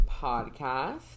podcast